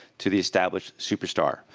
to the established superstar.